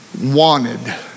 wanted